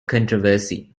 controversy